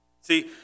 See